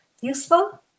useful